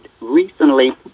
recently